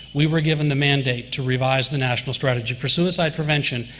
we were given the mandate to revise the national strategy for suicide prevention,